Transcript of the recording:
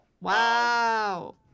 Wow